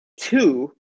two